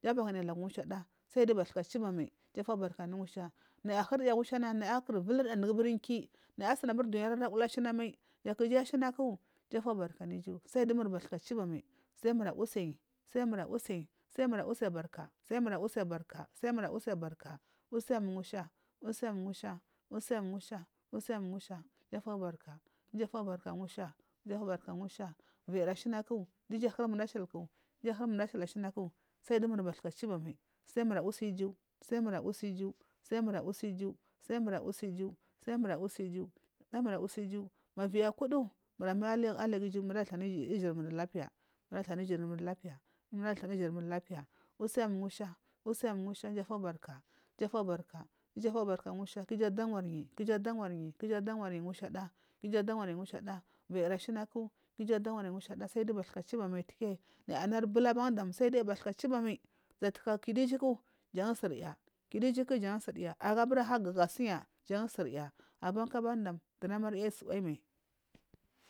Japahunayi ha mushada sai giyu bathuka chuba mai unu musha naya hurya naya kura fuliyar dugu inki daburi ki naya suniburi dunyari alawul ashina mai kija ashinaku ijufobarka anu iju sai dumurbatha chuba mai sai mur awusain sal murawusan chuba mal sal murawusa in sal murawusan sa muranafi barka sai mura wussibarka sai mura wussi barka usim musha usim musha usim musha usim musha iju fobarka ijufobarka musha ijufobarka musha ijufobarka musha viyiri shinaku du iju ahumul ashili ashna ku sai mura usiya iju sai mura usi iju sai mura usiya iju sai mura usi iju sal mura usiya iju sal mura wusa iju saimura wusiya iju sai mura wusiya iju sai mura wusiya iju sai mura wusiya iju ma viyikudu mura mai aliguju mura abathana iju ijurmur lapiya mura aluthana igurmur lapiya mura alathana ijukmur lapiya usiyamu musha usiyamu musha ijufobarka ijufobarka ijufobarka ijufobarka musha ku iju adawaryi kiju adawaryi mushada kiju adamaryi mushada viyiri shiwaku ijuadawryi mushada sai giyu bathuka chubamai tiki naya naru bul ban dam sal duya bathuka chubamai jataka kudu ijuku jansurya kidujuku jansurya agabur ahaga sunya jan surya kuku ban dam duramarya suwayimai.